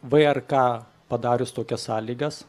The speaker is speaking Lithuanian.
vrk padarius tokias sąlygas